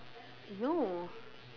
no